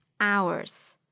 hours